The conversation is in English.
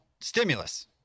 stimulus